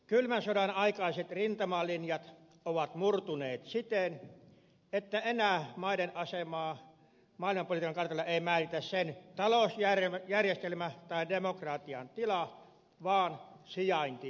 kylmän sodan aikaiset rintamalinjat ovat murtuneet siten että enää maiden asemaa maailmanpolitiikan kartalla ei määritä sen talousjärjestelmä tai demokratian tila vaan sijainti maapallolla